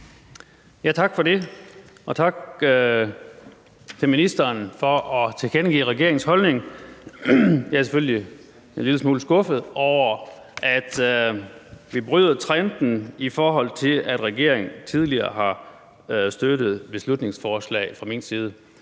Tak for det, og tak til ministeren for at tilkendegive regeringens holdning. Jeg er selvfølgelig en lille smule skuffet over, at vi bryder den trend, at regeringen støtter beslutningsforslag fra min side.